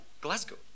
Glasgow